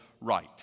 right